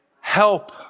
help